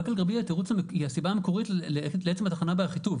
באקה אל גרביה היא הסיבה המקורית לעצם התחנה באחיטוב.